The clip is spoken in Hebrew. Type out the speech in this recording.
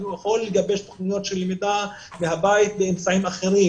הוא יכול היה לגבש תכניות למידה מהבית באמצעים אחרים